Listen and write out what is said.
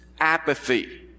apathy